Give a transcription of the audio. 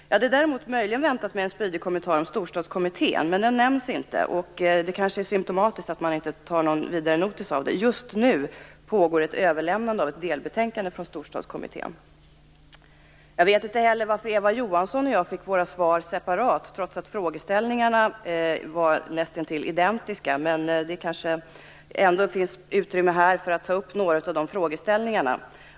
Jag hade möjligen väntat mig en spydig kommentar om Storstadskommittén, men den nämns inte. Det är kanske symtomatiskt att man inte tar någon notis om den. Just nu pågår ett överlämnande av ett delbetänkande från Storstadskommittén. Jag vet inte heller varför Eva Johansson och jag fick våra svar separat, trots att frågeställningarna var nästintill identiska. Men det finns kanske utrymme nu för att ta upp några av de frågeställningarna.